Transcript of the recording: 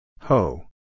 Ho